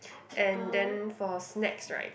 and then for snacks right